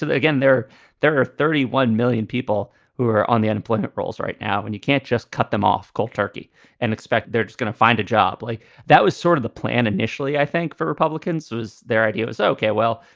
ah again, there there are thirty one million people who are on the unemployment rolls right now. and you can't just cut them off cold turkey and expect they're just going to find a job like that. was sort of the plan initially, i think, for republicans was their idea was, okay, well,